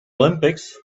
olympics